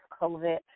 COVID